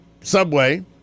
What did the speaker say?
subway